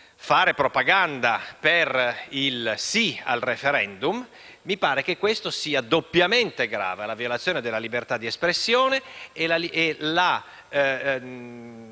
fare propaganda per il sì al referendum, mi pare che questo sia doppiamente grave, in quanto comporta la violazione della libertà di espressione e la